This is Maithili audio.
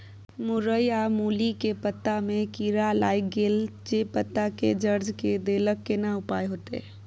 मूरई आ मूली के पत्ता में कीरा लाईग गेल जे पत्ता के जर्जर के देलक केना उपाय होतय?